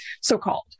so-called